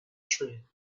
train